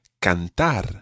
cantar